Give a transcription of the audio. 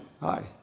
hi